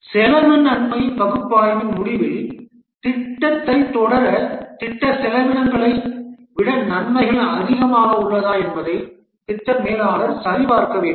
செலவு நன்மை பகுப்பாய்வின் முடிவில் திட்டத்தைத் தொடர திட்ட செலவினங்களை விட நன்மைகள் அதிகமாக உள்ளதா என்பதை திட்ட மேலாளர் சரிபார்க்க வேண்டும்